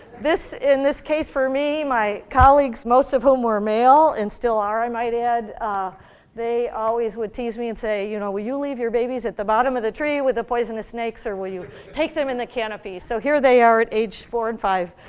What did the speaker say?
in this case for me, my colleagues most of whom were male and still are, i might add they always would tease me and say, you know will you leave your babies at the bottom of the tree with the poisonous snakes or will take them in the canopy? so here they are at age four and five,